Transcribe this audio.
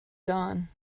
dawn